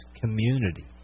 community